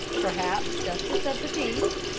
perhaps justice of the peace,